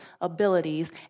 abilities